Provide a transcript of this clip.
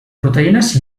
proteïnes